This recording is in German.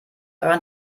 euren